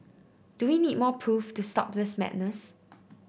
do we need more proof to stop this madness